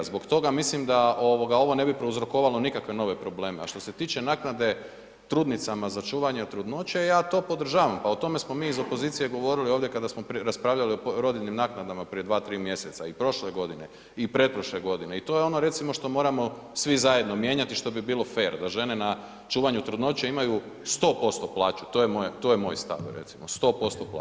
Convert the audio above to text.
Zbog toga mislim da ovo ne bi prouzrokovalo nikakve nove probleme, a što se tiče naknade trudnicama za čuvanje trudnoće, ja to podržavam, pa o tome smo mi iz opozicije govorili ovdje kada smo raspravljali o rodiljnim naknada prije 2, 3 mjeseca i prošle godine i pretprošle godine i to je ono recimo, što moramo svi zajedno mijenjati i što bi bilo fer, da žene na čuvanju trudnoće imaju 100% plaću, to je moj stav, recimo, 100% plaću.